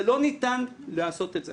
לא ניתן לעשות את זה.